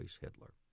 Hitler